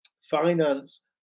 finance